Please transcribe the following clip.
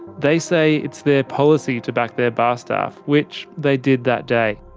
they say it's their policy to back their bar staff, which they did that day.